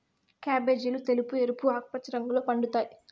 క్యాబేజీలు తెలుపు, ఎరుపు, ఆకుపచ్చ రంగుల్లో పండుతాయి